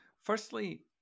Firstly